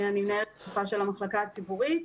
אני מנהלת שותפה של המחלקה הציבורית.